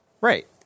right